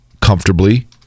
comfortably